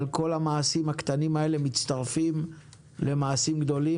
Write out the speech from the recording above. אבל כל המעשים הקטנים האלה מצטרפים למעשים גדולים.